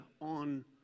on